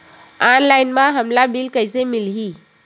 Online म हमला bill कइसे मिलही?